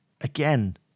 again